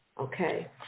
okay